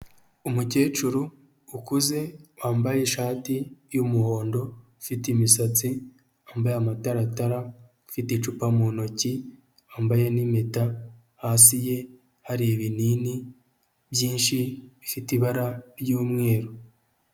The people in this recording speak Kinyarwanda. Umukecuru ukuze wambaye ishati y'umuhondo ufite imisatsi yambaye amataratara afite icupa mu ntoki wambaye n'impeta hasi ye hari ibinini byinshi ifite ibara ry'umweru.